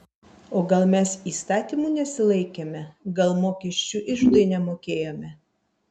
o gal mes įstatymų nesilaikėme gal mokesčių iždui nemokėjome